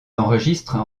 enregistrent